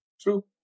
True